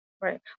Right